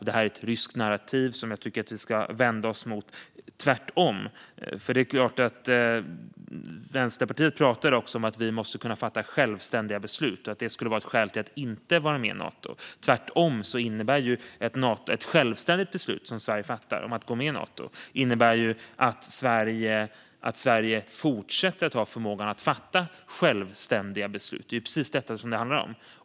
Detta är ett ryskt narrativ som jag tycker att vi ska vända oss mot. Vänsterpartiet pratar också om att vi måste kunna fatta självständiga beslut och att det skulle vara ett skäl att inte vara med i Nato. Men tvärtom innebär ett självständigt beslut som Sverige fattar om att gå med i Nato att Sverige fortsätter att ha förmågan att fatta självständiga beslut. Det är precis detta som det handlar om.